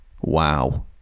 Wow